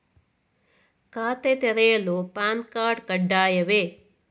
ಖಾತೆ ತೆರೆಯಲು PAN card ಕಡ್ಡಾಯವೇ?